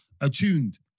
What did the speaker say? attuned